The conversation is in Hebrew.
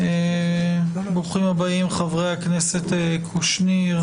ברוכים הבאים חברי הכנסת קושניר,